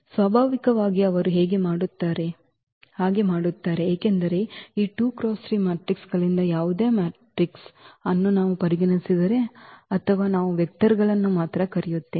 ಸ್ವಾಭಾವಿಕವಾಗಿ ಅವರು ಹಾಗೆ ಮಾಡುತ್ತಾರೆ ಏಕೆಂದರೆ ಈ 2 × 3 ಮ್ಯಾಟ್ರಿಕ್ಗಳಿಂದ ಯಾವುದೇ ವೆಟ್ರಿಕ್ಸ್ ಅನ್ನು ನಾವು ಪರಿಗಣಿಸಿದರೆ ಅಥವಾ ನಾವು ವೆಕ್ಟರ್ಗಳನ್ನು ಮಾತ್ರ ಕರೆಯುತ್ತೇವೆ